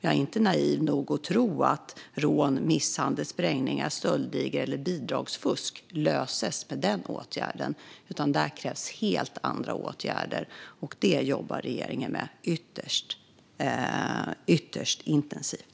Jag är inte naiv nog att tro att rån, misshandel, sprängningar, stöldligor eller bidragsfusk löses med den åtgärden, utan där krävs helt andra åtgärder. Det jobbar regeringen med ytterst intensivt.